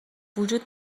وجود